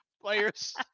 players